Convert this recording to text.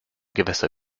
gewässer